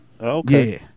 Okay